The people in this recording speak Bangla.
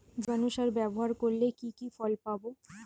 জীবাণু সার ব্যাবহার করলে কি কি ফল পাবো?